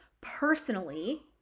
personally